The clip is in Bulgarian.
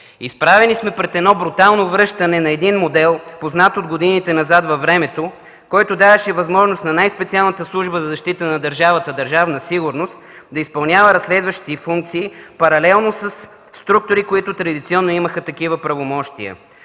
Изправени сме пред брутално връщане на един модел, познат от годините назад във времето, който даваше възможност на най-специалната служба за защита на държавата – Държавна сигурност, да изпълнява разследващи функции паралелно със структури, които традиционно имаха такива правомощия.